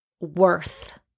worth